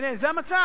הנה, זה המצב.